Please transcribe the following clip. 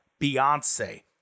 Beyonce